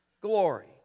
Glory